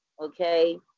okay